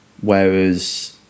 whereas